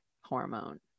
hormone